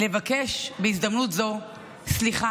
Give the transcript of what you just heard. לבקש בהזדמנות זו סליחה,